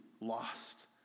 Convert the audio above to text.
lost